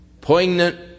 poignant